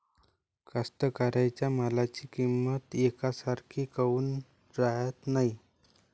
कास्तकाराइच्या मालाची किंमत यकसारखी काऊन राहत नाई?